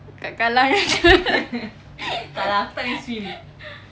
dekat kallang ada